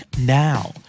now